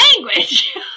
language